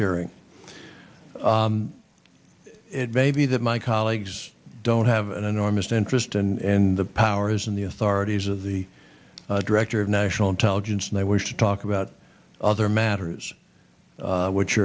hearing it may be that my colleagues don't have an enormous interest and the power is in the authorities of the director of national intelligence and they wish to talk about other matters which